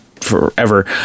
forever